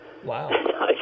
wow